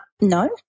No